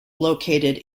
located